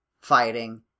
fighting